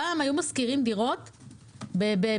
פעם היו משכירים דירות בדולרים.